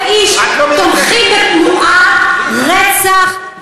ש-20,000 איש תומכים בתנועת רצח,